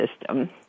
system